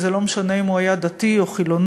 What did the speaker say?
וזה לא משנה אם הוא היה דתי או חילוני,